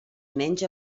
menja